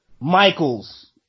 Michaels